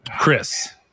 chris